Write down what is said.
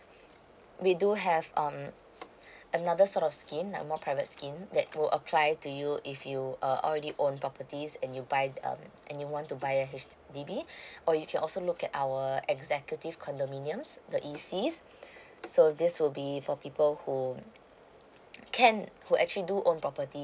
we do have um another sort of scheme like more private scheme that would apply to you if you uh already own properties and you buy the um and you want to buy a H_D_B or you can also look at our a executive condominiums the E_C so this will be for people who can who actually do own property